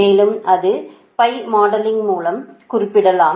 மேலும் அது pi modelling மூலம் குறிப்பிடலாம்